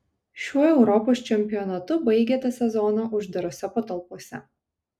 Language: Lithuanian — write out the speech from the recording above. šiuo europos čempionatu baigėte sezoną uždarose patalpose